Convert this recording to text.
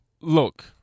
look